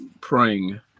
praying